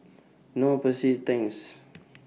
Knorr Persil Tangs